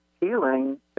healing